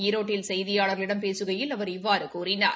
ஈரோட்டில் செய்தியாளர்களிடம் பேசுகையில் அவர் இவ்வாறு கூறினார்